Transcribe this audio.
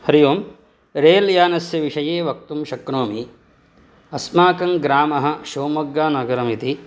Hari Om rail यानस्य विषये वक्तुं शक्नोमि अस्माकङ्ग्रामः शिव्मोग्गानगरम् इति